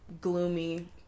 gloomy